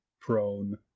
prone